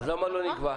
אז למה לא נקבע?